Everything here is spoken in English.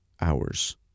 hours